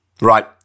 right